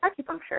acupuncture